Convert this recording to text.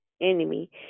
enemy